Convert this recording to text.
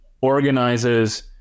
organizes